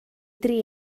dri